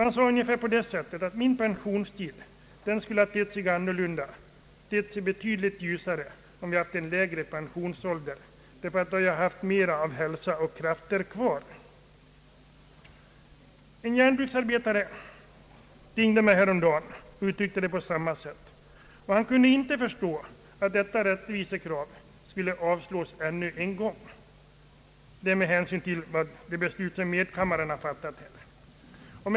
Han sade ungefär på det sättet: »Min pensionstid skulle ha tett sig annorlunda och betydligt ljusare, om vi haft en lägre pensionsålder, därför att då hade jag haft mer av hälsa och krafter kvar.» En järnbruksarbetare ringde mig häromdagen med anledning av det beslut som medkammaren hade fattat i denna fråga och sade att han inte kunde förstå att detta rättvisekrav hade avslagits ännu en gång.